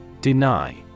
Deny